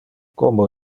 como